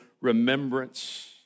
remembrance